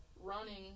running